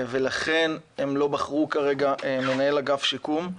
ולכן הם לא בחרו כרגע מנהל אגף השיקום,